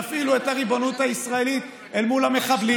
תפעילו את הריבונות הישראלית מול המחבלים,